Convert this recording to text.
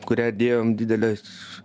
kurią dėjom dideles